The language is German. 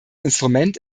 instrument